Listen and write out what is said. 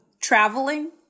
traveling